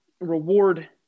reward